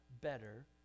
better